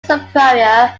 superior